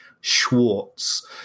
schwartz